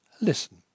Listen